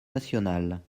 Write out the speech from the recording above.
nationale